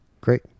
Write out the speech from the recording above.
Great